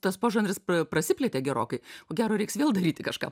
tas požanris prasiplėtė gerokai ko gero reiks vėl daryti kažką